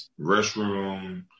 restroom